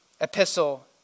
epistle